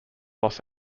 los